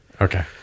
Okay